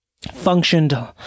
functioned